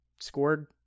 scored